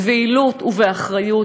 בבהילות ובאחריות,